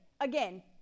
Again